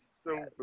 stupid